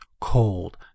cold